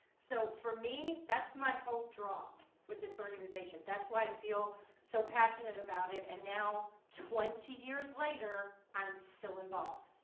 so, for me, that's my whole draw with this organization that's why i feel so passionate about it and now twenty years later i'm still involved.